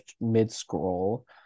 mid-scroll